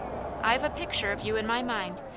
i've a picture of you in my mind,